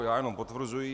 Já jenom potvrzuji.